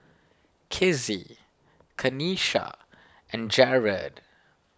Kizzie Kanisha and Jered